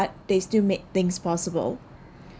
but they still make things possible